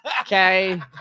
Okay